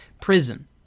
prison